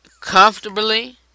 Comfortably